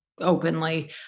openly